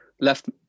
left